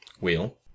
Wheel